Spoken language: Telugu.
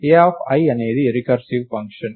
ai అనేది రికర్సివ్ ఫంక్షన్